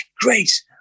Great